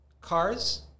cars